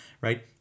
right